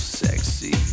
sexy